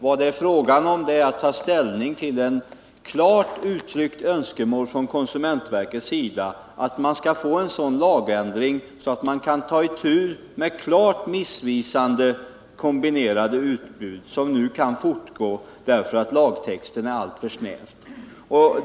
Vad det är fråga om är att ta ställning till ett klart uttryckt önskemål från konsumentverkets sida att det skall bli en lagändring som innebär att man kan ta itu med klart missvisande kombinerade utbud, som nu kan fortgå därför att lagtexten är alltför snäv.